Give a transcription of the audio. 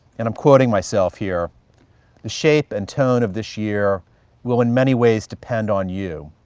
and i'm quoting myself here. the shape and tone of this year will in many ways depend on you,